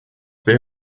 will